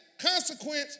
consequence